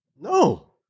No